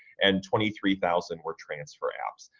and twenty three thousand were transfer apps.